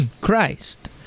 Christ